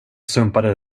sumpade